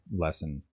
lesson